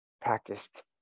practiced